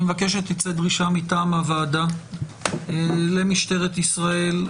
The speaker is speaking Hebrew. אני מבקש שתצא דרישה מטעם הוועדה למשטרת ישראל,